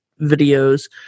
videos